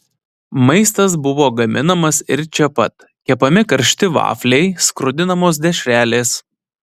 maistas buvo gaminamas ir čia pat kepami karšti vafliai skrudinamos dešrelės